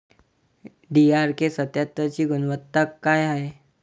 DRK सत्यात्तरची गुनवत्ता काय हाय?